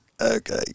okay